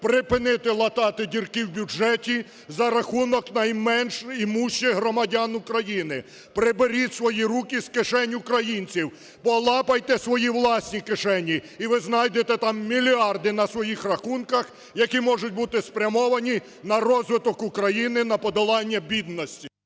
припинити латати дірки в бюджеті за рахунок найменш імущих громадян України. Приберіть свої руки з кишень українців, полапайте свої власні кишені, і ви знайдете там мільярди на своїх рахунках, які можуть бути спрямовані на розвиток України, на подолання бідності.